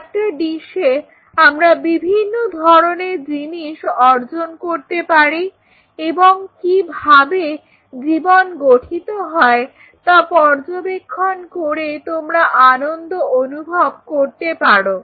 একটা ডিসে আমরা বিভিন্ন ধরনের জিনিস অর্জন করতে পারি এবং কিভাবে জীবন গঠিত হয় তা পর্যবেক্ষণ করে তোমরা আনন্দ অনুভব করতে পারো